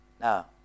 now